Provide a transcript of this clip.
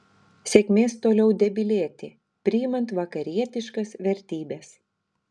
sėkmės toliau debilėti priimant vakarietiškas vertybes